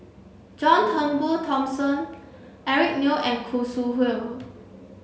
John Turnbull Thomson Eric Neo and Khoo Sui Hoe